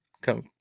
Come